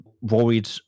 worried